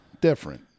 different